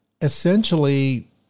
essentially